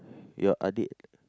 your adik